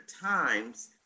times